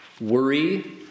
worry